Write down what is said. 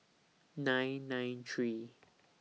nine nine three